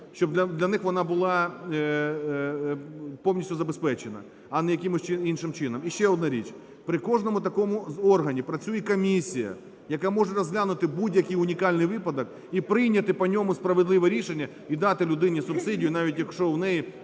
щоб для них вона була повністю забезпечена, а не якимось іншим чином. І ще одна річ. При кожному такому органі працює комісія, яка може розглянути будь-який унікальний випадок і прийняти по ньому справедливе рішення і дати людині субсидію, навіть якщо у неї